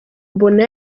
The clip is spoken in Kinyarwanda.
mbona